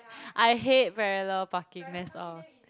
I hate parallel parking that's all